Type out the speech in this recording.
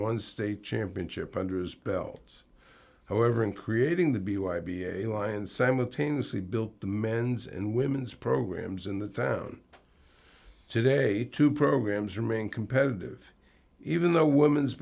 one state championship under his belt however in creating the b y b a lion simultaneously built the men's and women's programs in the town today two programs remain competitive even though women's